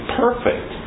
perfect